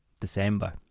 December